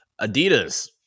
Adidas